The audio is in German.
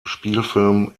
spielfilm